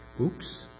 Oops